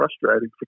frustrating